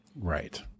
Right